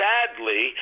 Sadly